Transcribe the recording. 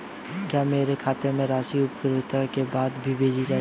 क्या मेरे खाते में राशि परिपक्वता के बाद भेजी जाएगी?